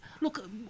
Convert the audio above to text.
look